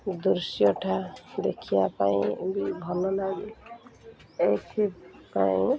ଦୃଶ୍ୟଟା ଦେଖିବା ପାଇଁ ବି ଭଲ ଲାଗେ ଏଥିପାଇଁ